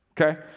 okay